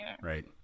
right